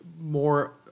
more